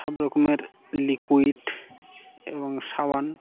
সব রকমের লিকুইড এবং সাবান